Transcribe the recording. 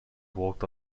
walked